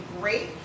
great